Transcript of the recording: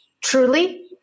truly